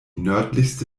nördlichste